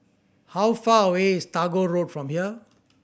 how far away is Tagore Road from here